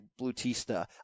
Blutista